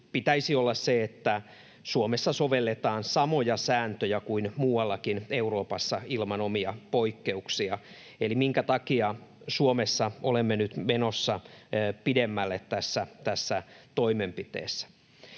pitäisi olla se, että Suomessa sovelletaan samoja sääntöjä kuin muuallakin Euroopassa ilman omia poikkeuksia. Eli minkä takia Suomessa olemme nyt menossa pidemmälle tässä toimenpiteessä?